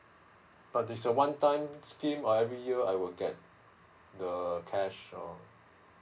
but is this a one time scheme or every year I will get the cash or